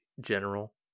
general